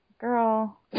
Girl